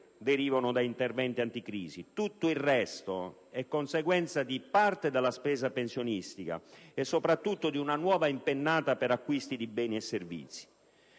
derivano da interventi anticrisi; tutto il resto è conseguenza in parte della spesa pensionistica e, soprattutto, di una nuova impennata per acquisti di beni e servizi.